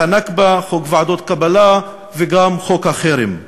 חוק הנכבה, חוק ועדות קבלה וגם חוק החרם.